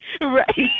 right